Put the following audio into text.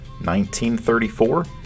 1934